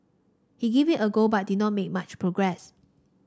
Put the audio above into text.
he gave it a go but did not make much progress